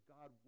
God